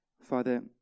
Father